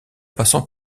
passant